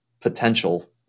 potential